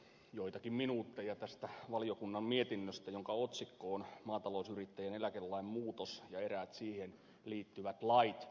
joitakin minuutteja tästä valiokunnan mietinnöstä jonka otsikko on maatalousyrittäjän eläkelain muutos ja eräät siihen liittyvät lait